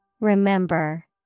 Remember